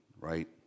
right